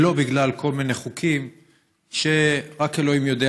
ולא בגלל כל מיני חוקים שרק אלוהים יודע